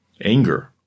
anger